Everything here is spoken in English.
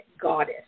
goddess